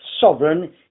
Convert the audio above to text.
sovereign